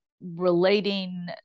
relating